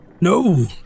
No